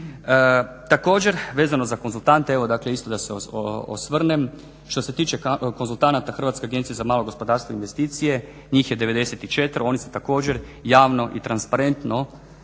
Također vezano za konzultante evo isto da se osvrnem, što se tiče konzultanata HAMAG INVEST-a njih je 94, oni su također javno i transparentno